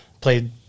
Played